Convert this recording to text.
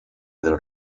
del